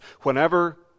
whenever